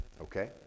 okay